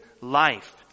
life